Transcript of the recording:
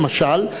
למשל,